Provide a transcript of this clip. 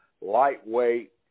lightweight